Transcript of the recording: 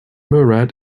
murad